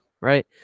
right